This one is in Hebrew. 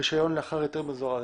רישיון לאחר היתר מזורז.